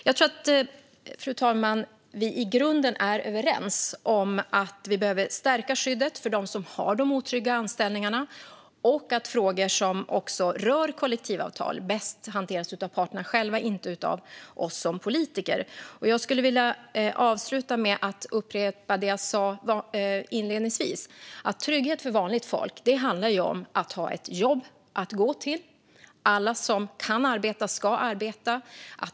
Jag tror, fru talman, att vi i grunden är överens om att vi behöver stärka skyddet för dem som har de otrygga anställningarna och om att frågor som rör kollektivavtal bäst hanteras av parterna själva och inte av oss politiker. Jag skulle vilja avsluta med att upprepa det jag sa inledningsvis. Trygghet för vanligt folk handlar om att ha ett jobb att gå till. Alla som kan arbeta ska arbeta.